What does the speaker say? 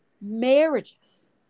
marriages